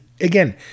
again